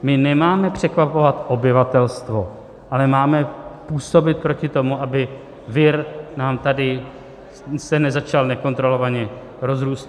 My nemáme překvapovat obyvatelstvo, ale máme působit proti tomu, aby se nám tady vir začal nekontrolovaně rozrůstat.